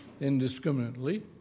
indiscriminately